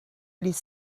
les